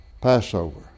Passover